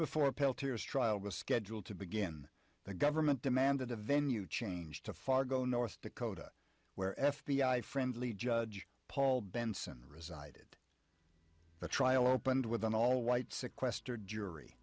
peltier's trial was scheduled to begin the government demanded a venue change to fargo north dakota where f b i friendly judge paul benson resided the trial opened with an all white sequestered jury